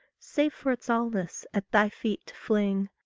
save for its allness, at thy feet to fling,